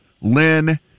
Lynn